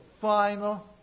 final